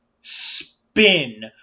spin